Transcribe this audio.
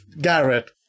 Garrett